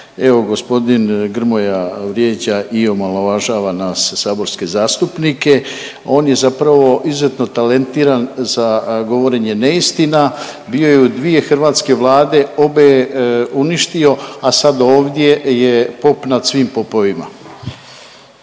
Evo g. Grmoja vrijeđa i omalovažava nas saborske zastupnike. On je zapravo izuzetno talentiran za govorenje neistina. Bio je u dvije hrvatske vlade, obe uništio, a sad ovdje je pop nad svim popovima.